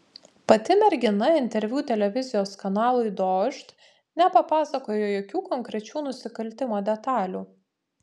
pati mergina interviu televizijos kanalui dožd nepapasakojo jokių konkrečių nusikaltimo detalių